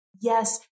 Yes